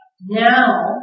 Now